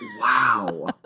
Wow